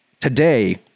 today